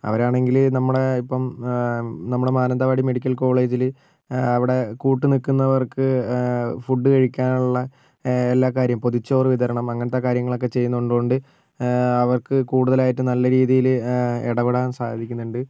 അവരാണെങ്കിൽ നമ്മളെ ഇപ്പം നമ്മുടെ മാനന്തവാടി മെഡിക്കൽ കോളേജിൽ അവിടെ കൂട്ടുനിൽക്കുന്നവർക്ക് ഫുഡ് കഴിക്കാനുള്ള എല്ലാകാര്യം പൊതിച്ചോറ് വിതരണം അങ്ങനത്തെ കാര്യങ്ങളൊക്കെ ചെയ്യുന്നുള്ളോണ്ട് അവർക്ക് കൂടുതലായിട്ട് നല്ല രീതിയിൽ ഇടപെടാൻ സാധിക്കുന്നുണ്ട്